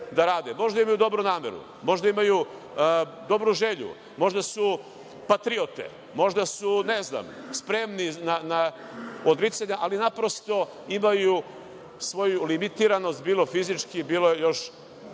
Možda imaju dobru nameru, možda imaju dobru želju, možda su patriote, možda su spremni na odricanja, ali naprosto imaju svoju limitiranost, bilo fizički, bilo još